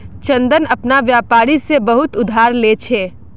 चंदन अपना व्यापारी से बहुत उधार ले छे